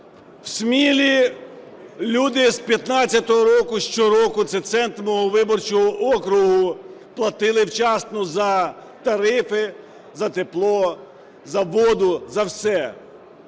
В Смілі люди з 2015 року щороку (це центр мого виборчого округу) платили вчасно за тарифи, за тепло, за воду, за все.